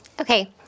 Okay